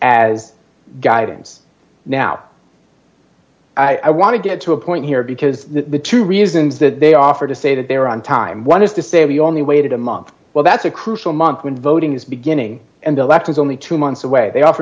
as guidance now i want to get to a point here because the two reasons that they offer to say that they are on time one is to say we only waited a month well that's a crucial month when voting is beginning and the electors only two months away they offer